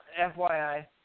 FYI